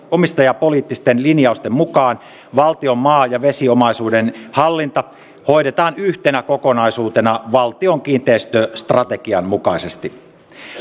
omistajapoliittisten linjausten mukaan valtion maa ja vesiomaisuuden hallinta hoidetaan yhtenä kokonaisuutena valtion kiinteistöstrategian mukaisesti